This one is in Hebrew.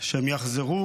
שהם יחזרו